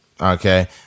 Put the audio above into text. Okay